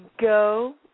go